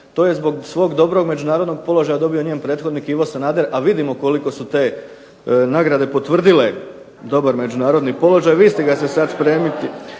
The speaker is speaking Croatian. To je zbog svog dobrog međunarodnog položaja dobio njen prethodnik Ivo Sanader a vidimo koliko su te nagradne potvrdile međunarodni položaj. Vi ste ga se sada spremni